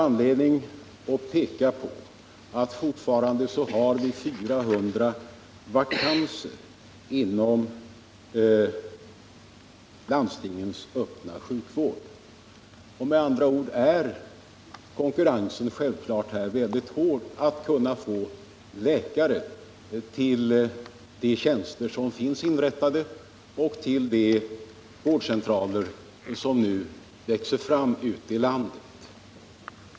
Jag har påpekat att vi fortfarande har 400 vakanser inom landstingens öppna sjukvård. Konkurrensen är hård när det gäller att få läkare till de tjänster som finns inrättade och till de vårdcentraler som nu växer fram ute i landet.